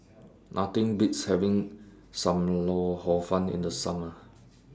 Nothing Beats having SAM Lau Hor Fun in The Summer